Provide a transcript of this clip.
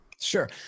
Sure